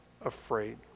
afraid